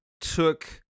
took